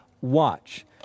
watch